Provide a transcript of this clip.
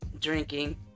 drinking